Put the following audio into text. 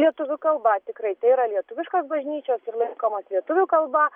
lietuvių kalba tikrai tai yra lietuviškos bažnyčios ir laikomos lietuvių kalba